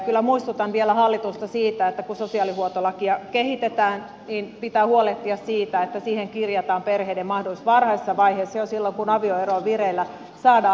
kyllä muistutan vielä hallitusta siitä että kun sosiaalihuoltolakia kehitetään niin pitää huolehtia siitä että siihen kirjataan perheiden mahdollisuudet varhaisessa vaiheessa jo silloin kun avioero on vireillä saada apua